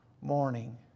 morning